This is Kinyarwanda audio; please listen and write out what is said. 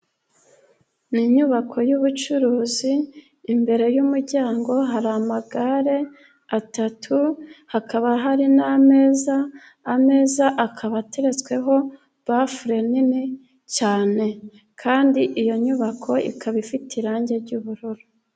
Ni inyubako y'ubucuruzi imbere y'umuryango hari amagare atatu, hakaba hari n'ameza, ameza akaba ateretsweho bafule nini cyane kandi iyo nyubako ikaba ifite irangi ry'ubururu.